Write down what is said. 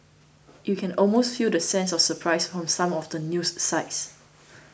you can almost feel the sense of surprise from some of the news sites